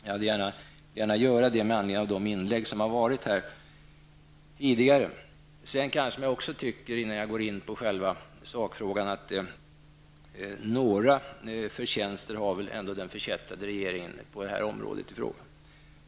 Jag vill säga det med anledning av de inlägg som har gjorts här tidigare. Innan jag går in på själva sakfrågan vill jag också säga att några förtjänster har väl ändå den förkättrade regeringen på det här området.